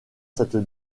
cette